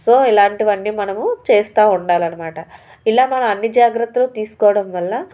so ఇలాంటివన్నీ మనము చేస్తూ ఉండాలి అనమాట ఇలా మనం అన్ని జాగ్రత్తలు తీసుకోవడం వల్ల